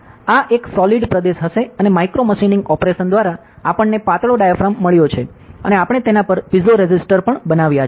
આ એક સોલીડ પ્રદેશ હશે અને માઇક્રો મશિનિંગ ઓપરેશન દ્વારા આપણને પાતળો ડાયાફ્રેમ મળ્યો છે અને આપણે તેના પર પીઝો રેસિસ્ટર્સ પણ બનાવ્યા છે